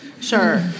sure